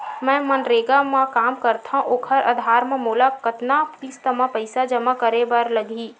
मैं मनरेगा म काम करथव, ओखर आधार म मोला कतना किस्त म पईसा जमा करे बर लगही?